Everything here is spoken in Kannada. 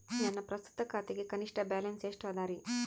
ನನ್ನ ಪ್ರಸ್ತುತ ಖಾತೆಗೆ ಕನಿಷ್ಠ ಬ್ಯಾಲೆನ್ಸ್ ಎಷ್ಟು ಅದರಿ?